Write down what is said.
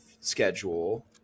schedule